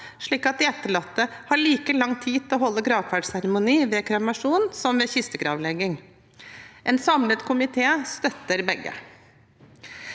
slik at de etterlatte har like lang tid til å holde gravferdsseremoni ved kremasjon som ved kistegravlegging. En samlet komité støtter begge.